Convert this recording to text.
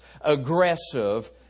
aggressive